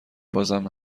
بازم